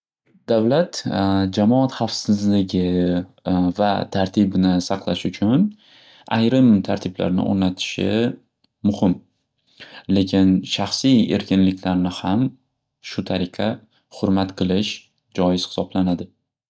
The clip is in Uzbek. Davlat jamoat xavfsizligi va tartibni saqlash uchun ayrim tartiblarni o'rnatishi muhim, lekin shaxsiy erkinliklarni ham shu tariqa hurmat qilish joiz hisoblanadi.